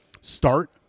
Start